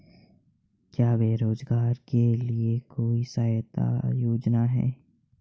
क्या बेरोजगारों के लिए भी कोई सहायता योजना है?